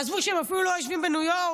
עזבו את זה שהם אפילו לא יושבים בניו יורק,